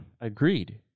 Agreed